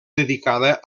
dedicada